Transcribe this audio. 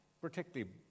particularly